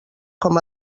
com